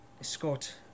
escort